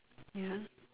ya